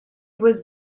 was